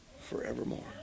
forevermore